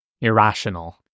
irrational